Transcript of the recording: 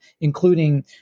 including